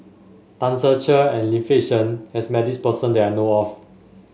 Tan Ser Cher and Lim Fei Shen has met this person that I know of